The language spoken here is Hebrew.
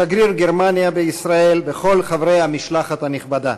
שגריר גרמניה בישראל וכל חברי המשלחת הנכבדה,